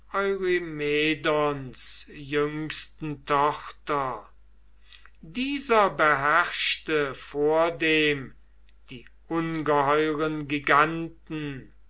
jüngsten tochter dieser beherrschte vordem die ungeheuren giganten